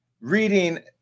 reading